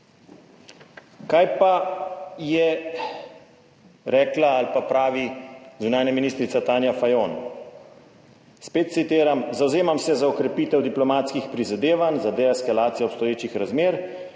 Kaj pa je rekla ali pa pravi zunanja ministrica Tanja Fajon? Spet citiram: »Zavzemam se za okrepitev diplomatskih prizadevanj za deeskalacije obstoječih razmer